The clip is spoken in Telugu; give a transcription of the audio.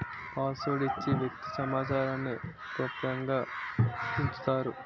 పాస్వర్డ్ ఇచ్చి వ్యక్తి సమాచారాన్ని గోప్యంగా ఉంచుతారు